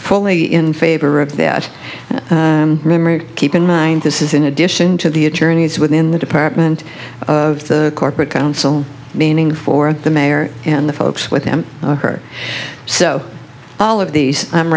fully in favor of that memory keep in mind this is in addition to the attorneys within the department the corporate counsel meaning for the mayor and the folks with him or her so all of these i'm